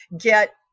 get